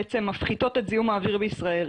מפחיתות את זיהום האוויר בישראל.